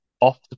off